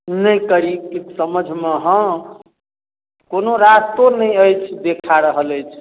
नहि करि किछु समझमे ऽ हँ कोनो रास्तो नहि अछि देखा रहल अछि